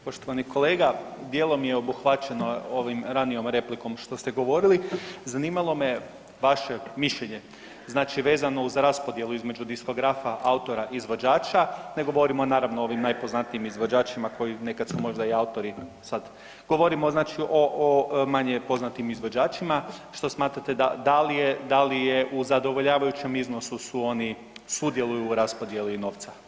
Poštovani kolega dijelom je obuhvaćeno ovim ranijom replikom što ste govorili, zanimalo me vaše mišljenje znači vezano uz raspodjelu između diskografa, autora, izvođača, ne govorimo naravno o ovim najpoznatijim izvođačima koji nekad su možda i autori sad govorimo znači o manje poznatim izvođačima, što smatrate da li je, da li je u zadovoljavajućem iznosu su oni sudjeluju u raspodjeli novca.